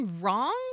wrong